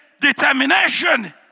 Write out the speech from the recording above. determination